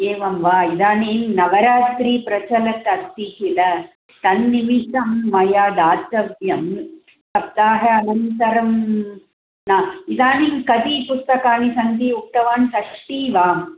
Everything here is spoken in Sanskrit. एवं वा इदानीं नवरात्री प्रचलत् अस्ति किल तन्निमित्तं मया दातव्यं सप्ताहानन्तरं नास्ति इदानीं कति पुस्तकानि सन्ति उक्तवान् षष्टिः वा